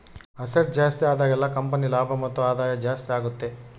asset ಜಾಸ್ತಿ ಆದಾಗೆಲ್ಲ company ಲಾಭ ಮತ್ತು ಆದಾಯ ಜಾಸ್ತಿ ಆಗುತ್ತೆ